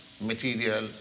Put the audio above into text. material